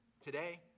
today